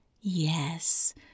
Yes